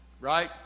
right